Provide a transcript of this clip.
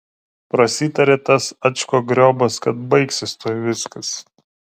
prasitarė tas ačkogriobas kad baigsis tuoj viskas